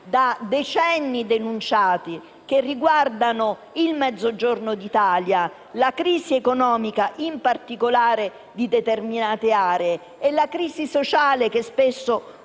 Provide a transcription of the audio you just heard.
da decenni, che riguardano il Mezzogiorno d'Italia, la crisi economica, in particolare di determinate aree, e la crisi sociale spesso